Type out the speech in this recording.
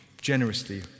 generously